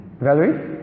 Valerie